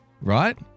Right